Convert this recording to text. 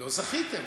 לא זכיתם.